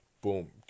boom